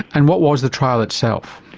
and what was the trial itself?